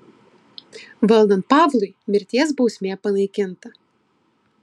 valdant pavlui mirties bausmė panaikinta